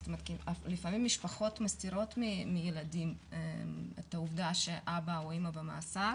זאת אומרת שלפעמים מסתירות מהילדים את העובדה שאבא או אימא במאסר